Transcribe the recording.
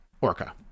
Orca